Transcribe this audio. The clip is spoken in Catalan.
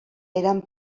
eren